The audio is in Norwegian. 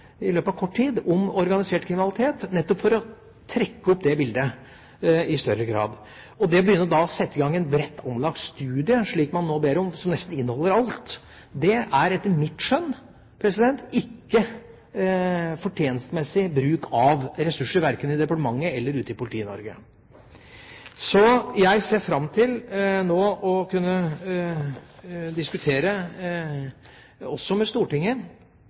i løpet av kort tid, nettopp for å trekke opp det bildet i større grad. Og det å begynne å sette i gang en bredt anlagt studie, slik man nå ber om, som nesten inneholder alt, er etter mitt skjønn ikke fornuftig bruk av ressurser verken i departementet eller ute i Politi-Norge. Jeg ser fram til å kunne diskutere også med Stortinget